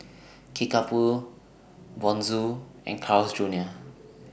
Kickapoo Bonjour and Carl's Junior